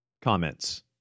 Comments